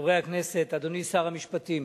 חברי הכנסת, אדוני שר המשפטים,